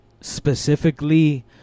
specifically